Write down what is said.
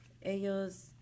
Ellos